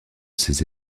ces